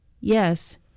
Yes